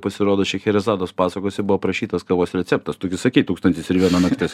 pasirodo šecherezados pasakose buvo aprašytas kavos receptas tu gi sakei tūkstantis ir viena naktis